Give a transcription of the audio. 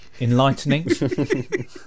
enlightening